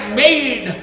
made